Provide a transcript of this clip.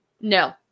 No